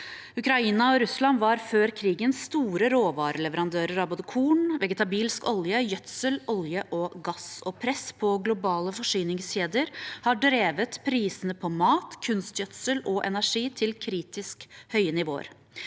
Ukraina og Russland var før krigen store råvareleverandører av både korn, vegetabilsk olje, gjødsel, olje og gass, og press på globale forsyningskjeder har drevet prisene på mat, kunstgjødsel og energi til kritisk høye nivåer.